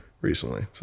recently